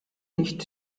nicht